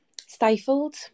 stifled